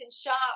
shop